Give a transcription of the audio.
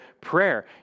prayer